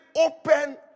open